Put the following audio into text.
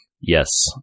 Yes